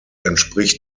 entspricht